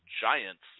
Giants